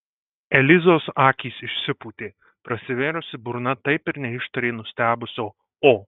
elizos akys išsipūtė prasivėrusi burna taip ir neištarė nustebusio o